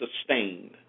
sustained